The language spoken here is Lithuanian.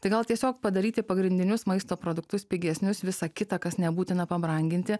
tai gal tiesiog padaryti pagrindinius maisto produktus pigesnius visa kita kas nebūtina pabranginti